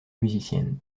musicienne